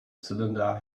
cylinder